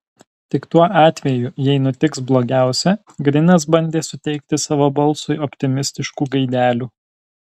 tik tuo atveju jei nutiks blogiausia grinas bandė suteikti savo balsui optimistiškų gaidelių